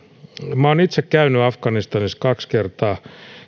olen itse käynyt afganistanissa kaksi kertaa